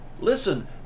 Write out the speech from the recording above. listen